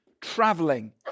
traveling